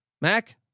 Mac